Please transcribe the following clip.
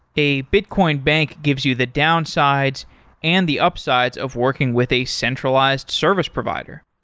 a bitcoin bank gives you the downsides and the upsides of working with a centralized service provider.